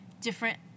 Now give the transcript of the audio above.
different